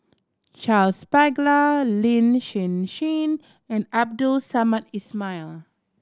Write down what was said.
Charles Paglar Lin Hsin Hsin and Abdul Samad Ismail